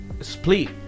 split